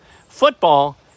Football